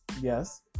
Yes